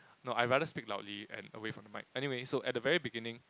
no I rather speak loudly and away from the mic anyway so at the very beginning